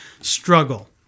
struggle